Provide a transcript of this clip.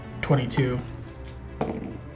22